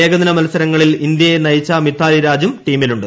ഏകദിന മത്സരങ്ങളിൽ ഇന്ത്യയെ നയിച്ച മിതാലി രാജും ടീമിലുണ്ട്